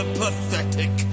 pathetic